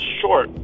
short